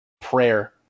prayer